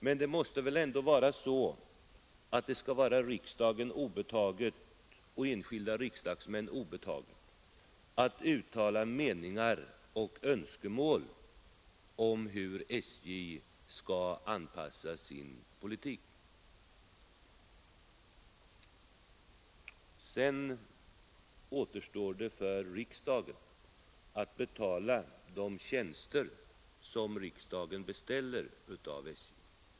Men det måste ändå vara riksdagen och enskilda riksdagsmän obetaget att uttala meningar och önskemål om hur SJ skall utforma sin politik. Sedan återstår det för riksdagen att betala de tjänster som riksdagen beställer av SJ.